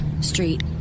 Street